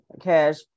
cash